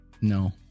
No